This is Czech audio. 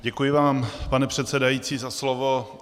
Děkuji vám, pane předsedající za slovo.